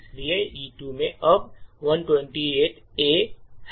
इसलिए E2 में अब 128 A है